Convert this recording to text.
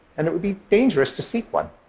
and it would be dangerous to seek one.